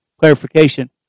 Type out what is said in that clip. clarification